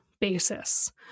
basis